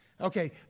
Okay